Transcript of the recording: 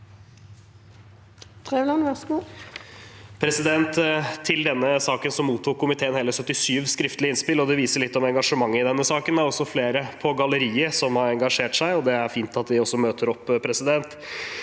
Til denne sa- ken mottok komiteen hele 77 skriftlige innspill, og det viser litt om engasjementet i saken. Det er også flere på galleriet som har engasjert seg, og det er fint at de møter opp. Jeg